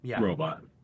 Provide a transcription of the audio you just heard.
robot